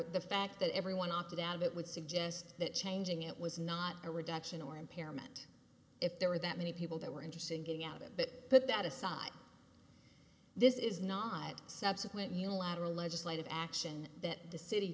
matter the fact that everyone opted out of it would suggest that changing it was not a reduction or impairment if there were that many people that were interested in getting out of it but put that aside this is not subsequent unilateral legislative action that